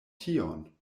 tion